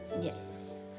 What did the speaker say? yes